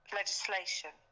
legislation